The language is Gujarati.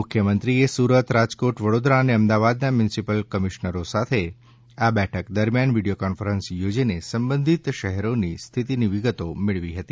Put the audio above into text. મુખ્યમંત્રીએ સુરત રાજકોટ વડોદરા અને અમદાવાદના મ્યુનિસિપલ કમિશનરો સાથે આ બેઠક દરમિયાન વિડિયો કોન્ફરન્સ યોજીને સંબંધિત શહેરોની સ્થિતિની વિગતો મેળવી હતી